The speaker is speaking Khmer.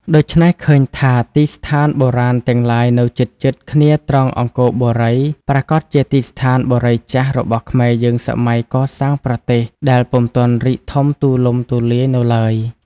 ដូច្នេះ ឃើញថាទីស្ថានបុរាណទាំងឡាយនៅជិតៗ គ្នាត្រង់អង្គរបូរី ប្រាកដជាទីស្ថានបុរីចាស់ របស់ខ្មែរយើងសម័យកសាងប្រទេស ដែលពុំទាន់រីកធំទូលំទូលាយនៅឡើយ ។